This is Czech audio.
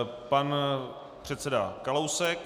Pan předseda Kalousek.